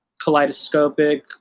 kaleidoscopic